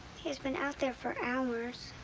he's been out there for hours.